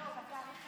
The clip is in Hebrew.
לא, בתאריך העברי.